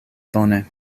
bone